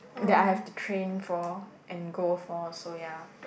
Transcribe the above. that I have to train for and go for also ya